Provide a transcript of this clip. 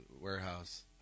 warehouse